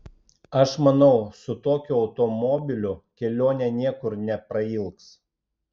aš manau su tokiu automobiliu kelionė niekur neprailgs